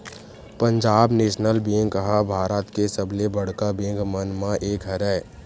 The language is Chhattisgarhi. पंजाब नेसनल बेंक ह भारत के सबले बड़का बेंक मन म एक हरय